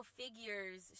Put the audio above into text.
figures